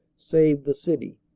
saved the city.